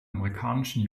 amerikanischen